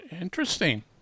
Interesting